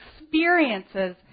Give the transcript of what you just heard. experiences